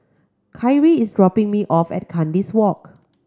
Khari is dropping me off at Kandis Walk